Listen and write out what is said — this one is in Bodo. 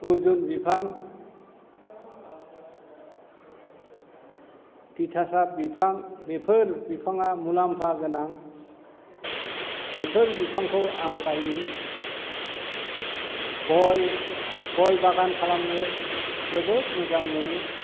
अरजुन बिफां तिथा साब बिफां बेफोर बिफांआ मुलाम्फा गोनां बेफोर बिफांखौ आं गायो गय गय बागान खालामनो जोबोद मोजां मोनो